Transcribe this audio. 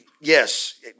Yes